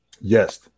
Yes